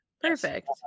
Perfect